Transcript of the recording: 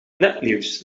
nepnieuws